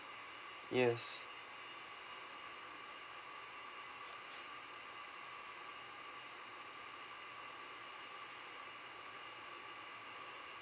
yes